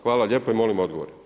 Hvala lijepa i molim odgovor.